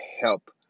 help